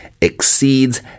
exceeds